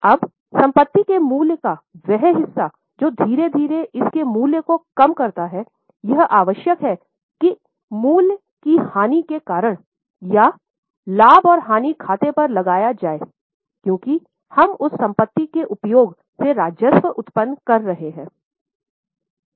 अब संपत्ति के मूल्य का वह हिस्सा जो धीरे धीरे इसके मूल्य को कम करता है यह आवश्यक है कि मूल्य की हानि के कारण यह लाभ और हानि खाते पर लगाया जाए क्योंकि हम उस संपत्ति के उपयोग से राजस्व उत्पन्न कर रहे हैं